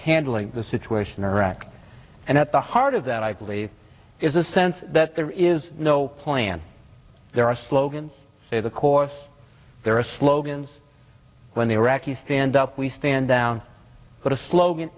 handling the situation in iraq and at the heart of that i believe is the sense that there is no plan there are slogans stay the course there are slogans when the iraqis stand up we stand down but a slogan